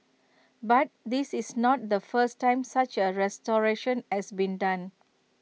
but this is not the first time such A restoration has been done